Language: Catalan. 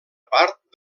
part